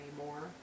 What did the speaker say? anymore